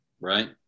right